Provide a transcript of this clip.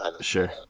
Sure